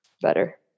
better